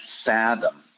fathom